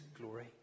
glory